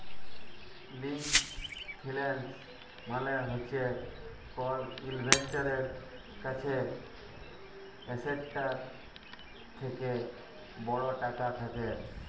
long ফিল্যাল্স মালে হছে কল ইল্ভেস্টারের কাছে এসেটটার থ্যাকে বড় টাকা থ্যাকা